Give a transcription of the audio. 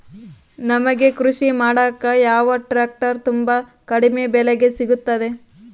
ನಮಗೆ ಕೃಷಿ ಮಾಡಾಕ ಯಾವ ಟ್ರ್ಯಾಕ್ಟರ್ ತುಂಬಾ ಕಡಿಮೆ ಬೆಲೆಗೆ ಸಿಗುತ್ತವೆ?